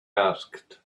asked